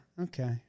Okay